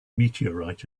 meteorite